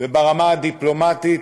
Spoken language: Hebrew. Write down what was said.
וברמה הדיפלומטית